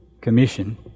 Commission